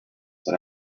that